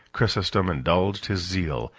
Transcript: chrysostom indulged his zeal,